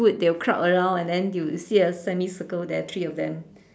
food they'll crowd around and then you you'll see a semicircle there three of them